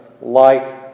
light